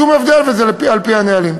שום הבדל, וזה על-פי הנהלים.